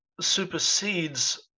supersedes